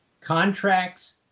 contracts